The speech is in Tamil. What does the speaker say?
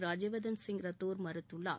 ராஜ்யவர்த்தன் ரத்தோர் மறுத்துள்ளார்